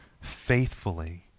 faithfully